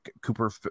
Cooper